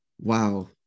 Wow